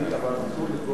אבל אסור לפגוע